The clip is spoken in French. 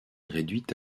réduite